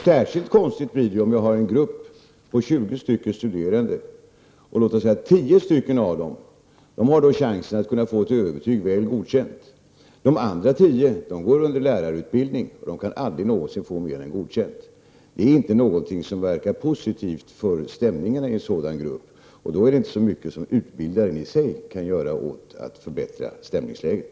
Särskilt konstigt blir det om man har en grupp på 20 studenter och 10 av dem har chansen att få betyget väl godkänd och de andra 10 som går under lärarutbildning aldrig någonsin kan få mer än godkänd. Det är ingenting som påverkar stämningarna positivt i en sådan grupp. Det är inte så mycket utbildaren i sig kan göra för att förbättra stämningsläget.